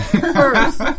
First